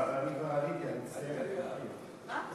את